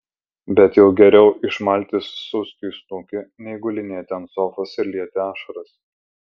bet jau geriau išmalti suskiui snukį nei gulinėti ant sofos ir lieti ašaras